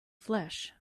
flesh